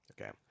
okay